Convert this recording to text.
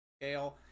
scale